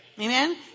amen